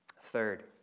Third